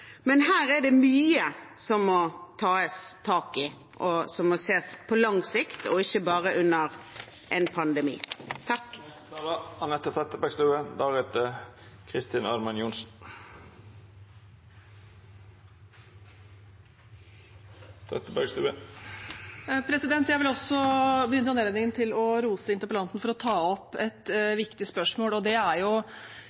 Her er det mye som må tas tak i, og som må ses på lang sikt og ikke bare under en pandemi. Jeg vil også benytte anledningen til å rose interpellanten for å ta opp et